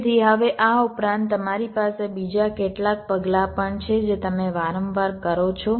તેથી હવે આ ઉપરાંત તમારી પાસે બીજા કેટલાક પગલાં પણ છે જે તમે વારંવાર કરો છો